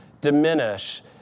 diminish